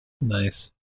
Nice